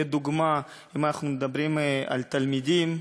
לדוגמה, אם אנחנו מדברים על תלמידים,